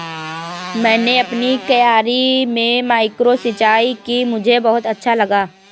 मैंने अपनी क्यारी में माइक्रो सिंचाई की मुझे बहुत अच्छा लगा